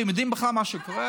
אתם יודעים בכלל מה שקורה?